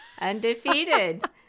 undefeated